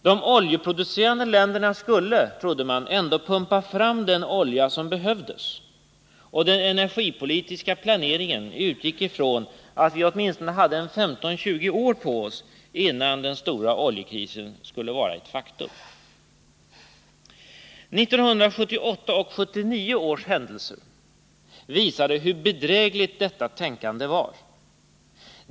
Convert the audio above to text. De oljeproducerande länderna skulle, trodde man, ändå fortsätta att pumpa fram den olja som behövdes, och den energipolitiska planeringen utgick ifrån att vi hade åtminstone 15-20 år på oss innan den stora oljekrisen skulle vara ett faktum. 1978 och 1979 års händelser visade hur bedrägligt detta tänkande var.